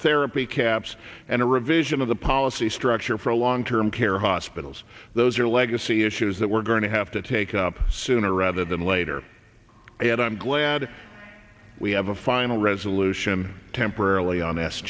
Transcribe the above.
therapy caps and a revision of the policy structure for long term care hospitals those are legacy issues that we're going to have to take up sooner rather than later and i'm glad we have a final resolution temporarily on